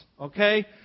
Okay